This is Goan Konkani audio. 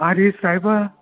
आरे सायबा